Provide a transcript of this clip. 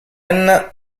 ann